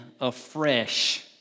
afresh